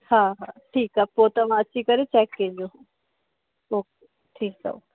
हा हा ठीकु आहे पोइ तव्हां अची करे चैक कजो ओ के ठीकु आहे